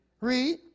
Read